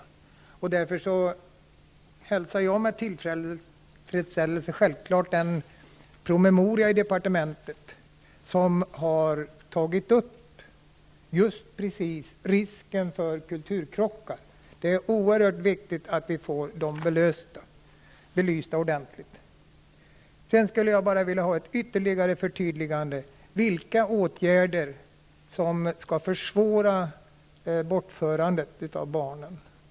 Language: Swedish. Jag hälsar därför självfallet med tillfredsställelse den promemoria i departementet där man har tagit upp just risken för kulturkrockar. Det är oerhört viktigt att vi får dem ordentligt belysta. Sedan vill jag få ett ytterligare förtydligande. Vilka åtgärder skall försvåra bortförande av barnen?